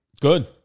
Good